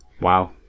Wow